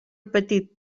petit